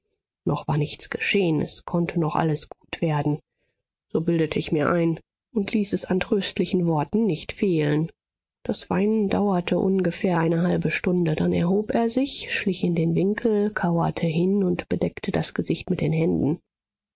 noch war nichts geschehen es konnte noch alles gut werden so bildete ich mir ein und ließ es an tröstlichen worten nicht fehlen das weinen dauerte ungefähr eine halbe stunde dann erhob er sich schlich in den winkel kauerte hin und bedeckte das gesicht mit den händen